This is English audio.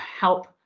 help